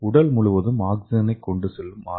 உடல் முழுவதும் ஆக்ஸிஜனைக் கொண்டு செல்லும் ஆர்